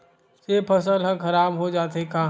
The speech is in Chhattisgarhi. से फसल ह खराब हो जाथे का?